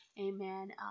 amen